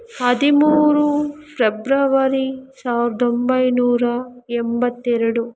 ಹದಿಮೂರು ಫೆಬ್ರವರಿ ಸಾವಿರದ ಒಂಬೈನೂರ ಎಂಬತ್ತೆರಡು